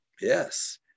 Yes